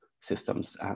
systems